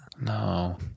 No